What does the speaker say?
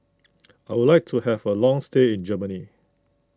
I would like to have a long stay in Germany